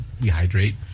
dehydrate